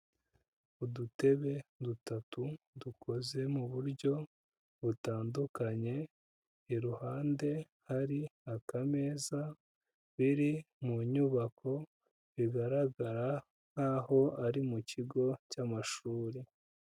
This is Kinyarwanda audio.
Udutebe dutatu dukoze mu buryo butandukanye, iruhande hari akameza biri mu nyubako bigaragara nkaho ari mu kigo cy'amashuri.